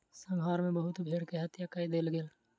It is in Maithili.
संहार मे बहुत भेड़ के हत्या कय देल गेल